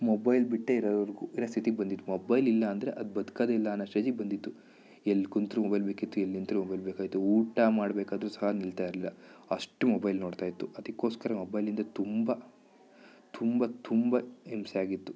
mobile ಬಿಟ್ಟೆ ಇರವರೆಗು ಇರೋ ಸ್ಥಿತಿಗೆ ಬಂದಿತ್ತು ಮೊಬೈಲ್ ಇಲ್ಲ ಅಂದರೆ ಅದು ಬದ್ಕೋದೆ ಇಲ್ಲ ಅನ್ನೊ ಸ್ಟೇಜಿಗೆ ಬಂದಿತ್ತು ಎಲ್ಲಿ ಕುಂತ್ರು ಮೊಬೈಲ್ ಬೇಕಿತ್ತು ಎಲ್ಲಿ ನಿಂತ್ರು ಮೊಬೈಲ್ ಬೇಕಾಗಿತ್ತು ಊಟ ಮಾಡಬೇಕಾದ್ರು ಸಹ ನಿಲ್ತಾ ಇರಲಿಲ್ಲ ಅಷ್ಟು ಮೊಬೈಲ್ ನೋಡ್ತಾಯಿತ್ತು ಅದಕ್ಕೋಸ್ಕರ ಮೊಬೈಲಿಂದ ತುಂಬ ತುಂಬ ತುಂಬ ಹಿಂಸೆಯಾಗಿತ್ತು